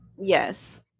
Yes